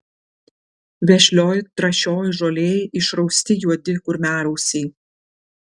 vešlioj trąšioj žolėj išrausti juodi kurmiarausiai